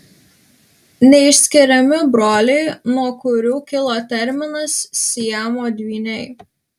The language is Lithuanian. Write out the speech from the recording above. neišskiriami broliai nuo kurių kilo terminas siamo dvyniai